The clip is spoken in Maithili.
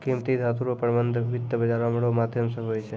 कीमती धातू रो प्रबन्ध वित्त बाजारो रो माध्यम से हुवै छै